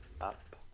up